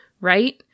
Right